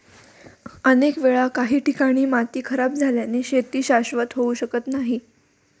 अनेक वेळा काही ठिकाणी माती खराब झाल्याने शेती शाश्वत होऊ शकत नाही